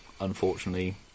unfortunately